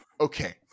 okay